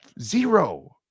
Zero